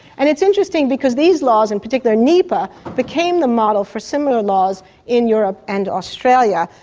and it's interesting, because these laws, in particular nepa, became the model for similar laws in europe and australia.